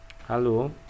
Hello